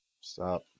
stop